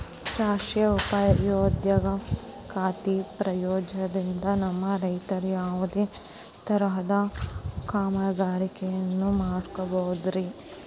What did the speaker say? ರಾಷ್ಟ್ರೇಯ ಉದ್ಯೋಗ ಖಾತ್ರಿ ಯೋಜನೆಯಿಂದ ನಮ್ಮ ರೈತರು ಯಾವುದೇ ತರಹದ ಕಾಮಗಾರಿಯನ್ನು ಮಾಡ್ಕೋಬಹುದ್ರಿ?